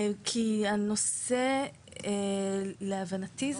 כי הנושא, להבנתי הוא